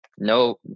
No